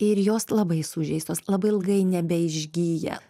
ir jos labai sužeistos labai ilgai nebeišgyja